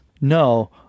No